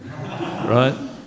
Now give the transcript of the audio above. Right